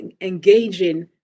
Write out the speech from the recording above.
engaging